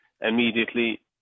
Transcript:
immediately